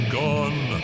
gone